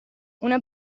una